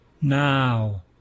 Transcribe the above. now